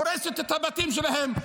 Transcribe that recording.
הורסת את הבתים שלהם,